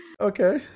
Okay